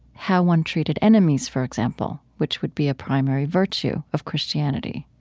how one treated enemies, for example, which would be a primary virtue of christianity.